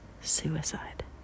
suicide